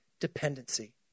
dependency